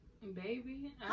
Baby